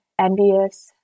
envious